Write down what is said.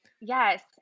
Yes